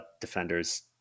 defenders